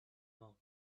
mouth